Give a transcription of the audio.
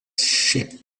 shape